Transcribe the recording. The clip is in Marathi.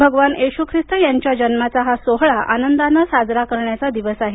भगवान येशू ख्रिस्त यांच्या जन्माचा प हा सोहळा आनंदानं साजरा करण्याचा हा दिवस आहे